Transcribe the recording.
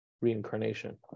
reincarnation